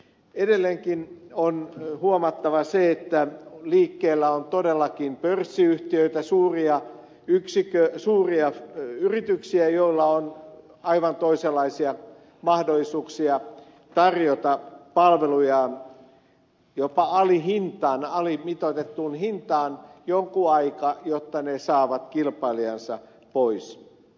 edelleenkin on huomattava se että liikkeellä on todellakin pörssiyhtiöitä suuria yrityksiä joilla on aivan toisenlaisia mahdollisuuksia tarjota palveluja jopa alihintaan alimitoitettuun hintaan jonkun aikaa jotta ne saavat kilpailijansa pois